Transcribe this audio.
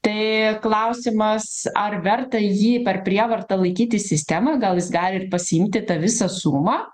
tai klausimas ar verta jį per prievartą laikyti sistemą gal jis gali ir pasiimti tą visą sumą